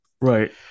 Right